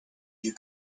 you